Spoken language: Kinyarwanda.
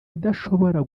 idashobora